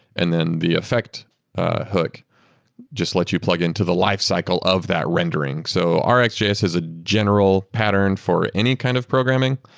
and then the effect hook just lets you plug into the lifecycle of that rendering. so rxjs is a general pattern for any kind of programming.